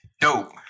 Dope